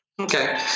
Okay